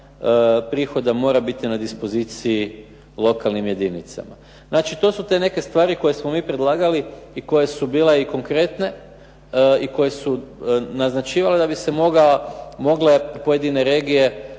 prihoda mora biti na dispoziciji lokalnim jedinicama. Znači to su te neke stvari koje smo mi predlagali i koje su bile i konkretne i koje su naznačivale da bi se mogle pojedine regije